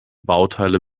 bauteile